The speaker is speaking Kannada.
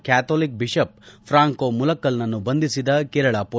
ಕ್ಯಾಥೋಲಿಕ್ ಬಿಷಪ್ ಫ್ರಾಂಕೋ ಮುಲಕ್ಷಲ್ನನ್ನು ಬಂಧಿಸಿದ ಕೇರಳ ಪೊಲೀಸರು